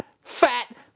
fat